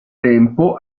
tempo